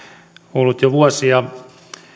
ollut jo vuosia